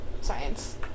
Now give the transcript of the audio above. science